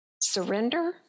surrender